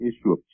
issue